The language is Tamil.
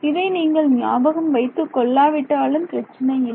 இதை நீங்கள் ஞாபகம் வைத்துக் கொள்ளாவிட்டாலும் பிரச்சனை இல்லை